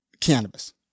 cannabis